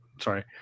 sorry